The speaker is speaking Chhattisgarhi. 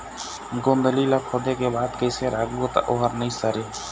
गोंदली ला खोदे के बाद कइसे राखबो त ओहर नई सरे?